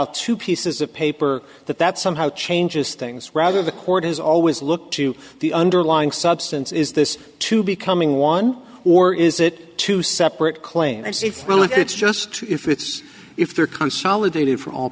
e to pieces of paper that that somehow changes things rather the court has always looked to the underlying substance is this two becoming one or is it two separate claim as if really it's just if it's if they're consolidated for all